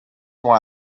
why